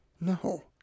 No